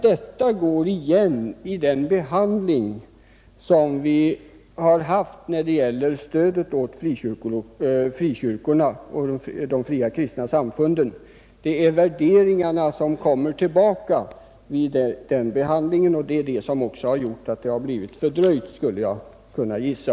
Detta går igen i behandlingen av stödet åt frikyrkorna och de fria kristna samfunden. Värderingarna kommer alltså tillbaka vid den behandlingen och det är det som åstadkommit fördröjningen, skulle jag gissa.